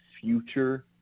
future